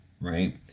right